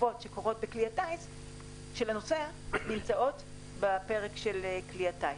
החובות של הנוסע בכלי הטיס נמצאות בפרק של כלי הטיס.